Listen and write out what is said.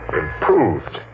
improved